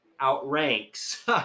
outranks